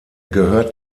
gehört